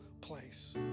place